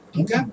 Okay